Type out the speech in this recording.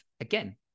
again